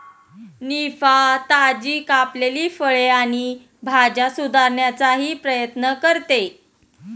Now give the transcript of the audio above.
निफा, ताजी कापलेली फळे आणि भाज्या सुधारण्याचाही प्रयत्न करते